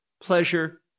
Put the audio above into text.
pleasure